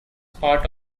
part